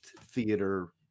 theater